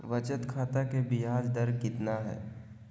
बचत खाता के बियाज दर कितना है?